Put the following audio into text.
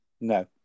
no